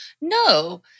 no